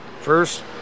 First